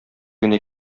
генә